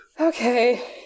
Okay